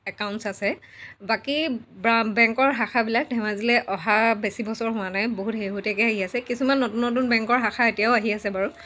accounts আছে বাকী বেংকৰ শাখাবিলাক ধেমাজিলৈ অহা বেছি বছৰ হোৱা নাই বহুত শেহতীয়াকৈ আহি আছে কিছুমান নতুন নতুন বেংকৰ শাখা এতিয়াও আহি আছে বাৰু